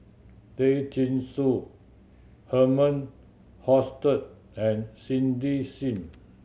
Tay Chin Joo Herman Hochstadt and Cindy Sim